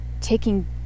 taking